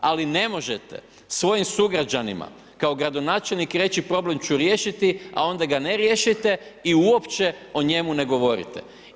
Ali ne možete svojim sugrađanima kao gradonačelnik reći problem ću riješiti, a onda ga ne riješite i uopće o njemu ne govorite.